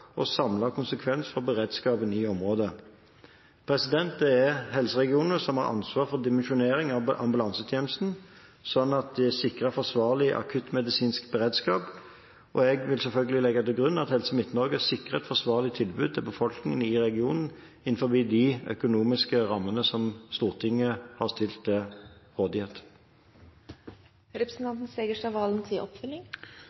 og samlet konsekvens for beredskapen i området. Det er helseregionene som har ansvar for dimensjonering av ambulansetjenesten, sånn at de sikrer forsvarlig akuttmedisinsk beredskap. Jeg vil selvfølgelig legge til grunn at Helse Midt-Norge sikrer et forsvarlig tilbud til befolkningen i regionen innenfor de økonomiske rammene som Stortinget har stilt til